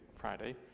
Friday